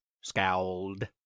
scowled